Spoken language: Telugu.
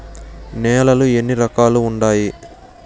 నేలలు ఎన్ని రకాలు వుండాయి?